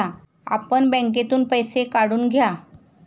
आपण बँकेतून पैसे काढून घ्या